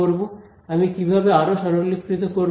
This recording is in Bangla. আমি কিভাবে আরও সরলীকৃত করব